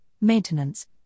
maintenance